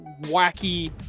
wacky